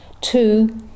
two